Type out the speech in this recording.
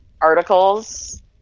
articles